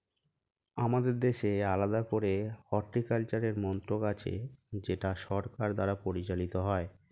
আমাদের দেশে আলাদা করে হর্টিকালচারের মন্ত্রক আছে যেটা সরকার দ্বারা পরিচালিত হয়